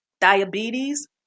diabetes